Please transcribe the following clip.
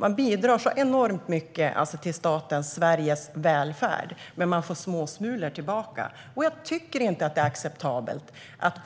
Man bidrar så enormt mycket till staten Sveriges välfärd, men man får småsmulor tillbaka. Jag tycker inte att detta är acceptabelt.